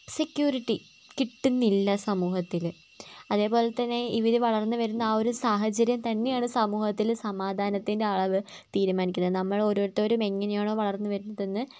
security കിട്ടുന്നില്ല സമൂഹത്തിൽ അതുപോലെ തന്നെ ഇവർ വളർന്ന് വരുന്ന ആ ഒരു സാഹചര്യം തന്നെയാണ് സമൂഹത്തിൽ സമാധാനത്തിൻ്റെ അളവ് തീരുമാനിക്കുന്നത് നമ്മൾ ഓരോരുത്തരും എങ്ങനെയാണോ വളർന്ന് വരുന്നതെന്ന്